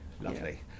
Lovely